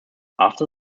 after